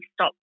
stop